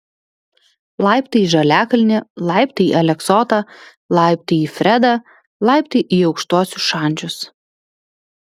laiptai į žaliakalnį laiptai į aleksotą laiptai į fredą laiptai į aukštuosius šančius